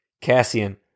Cassian